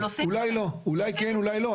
אולי כן ואולי לא,